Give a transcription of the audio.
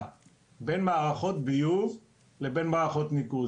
בין מערכות ביוב לבין מערכות ניקוז.